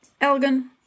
Elgin